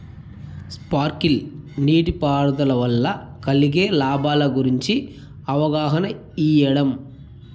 Sprinkle నీటిపారుదల వల్ల కలిగే లాభాల గురించి అవగాహన ఇయ్యడం?